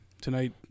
tonight